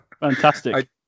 Fantastic